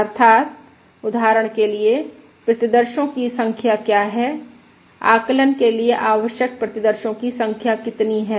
अर्थात् उदाहरण के लिए प्रतिदर्शो की संख्या क्या है आकलन के लिए आवश्यक प्रतिदर्शो की संख्या कितनी है